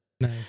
Nice